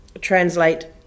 translate